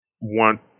want